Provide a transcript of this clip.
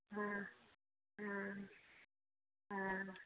हँ हँ हँ